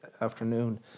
afternoon